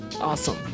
awesome